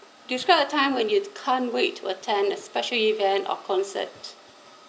describe a time when you can't wait to attend a special event or concert